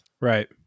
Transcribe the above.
right